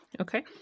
Okay